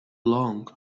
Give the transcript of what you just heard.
long